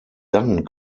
dann